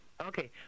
okay